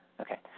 Okay